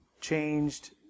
Changed